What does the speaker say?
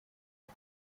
ati